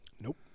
Nope